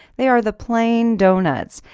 they are the plain donuts.